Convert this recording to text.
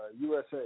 USA